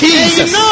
Jesus